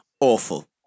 Awful